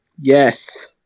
Yes